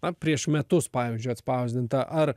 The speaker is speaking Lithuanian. na prieš metus pavyzdžiui atspausdinta ar